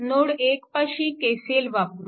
node 1 पाशी KCL वापरू